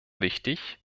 wichtig